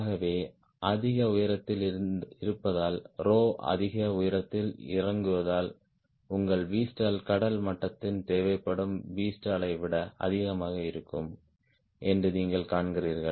ஆகவே அதிக உயரத்தில் இருப்பதால் ரோ அதிக உயரத்தில் இறங்குவதால் உங்கள் Vstall கடல் மட்டத்தில் தேவைப்படும் Vstallஐ விட அதிகமாக இருக்கும் என்று நீங்கள் காண்கிறீர்கள்